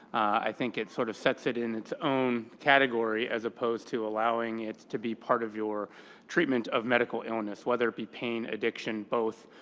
i think it sort of sets it in its own category, as opposed to allowing it to be part of your treatment of medical illness, whether it be pain, addiction, both.